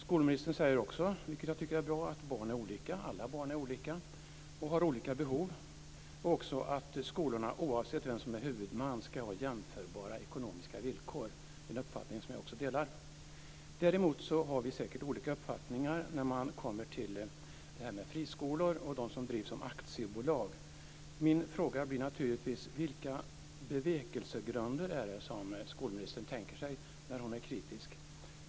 Skolministern säger också, vilket jag tycker är bra, att alla barn är olika och har olika behov och även att skolorna, oavsett vem som är huvudman, ska ha jämförbara ekonomiska villkor. Det är en uppfattning som jag också delar. Däremot har vi säkert olika uppfattningar när man kommer till de friskolor som drivs som aktiebolag. Min fråga blir naturligtvis: Vilka bevekelsegrunder är det som skolministern tänker sig när hon är kritisk?